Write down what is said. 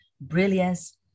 brilliance